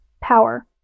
power